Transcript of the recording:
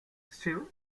still